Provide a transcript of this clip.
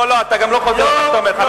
לא, לא, אתה גם לא חוזר על מה שאתה אומר.